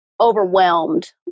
overwhelmed